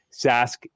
Sask